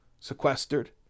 sequestered